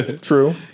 True